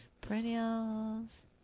Perennials